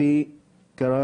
כל הזמן הם עושים את הרע